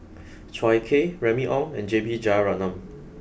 Chua Ek Kay Remy Ong and J B Jeyaretnam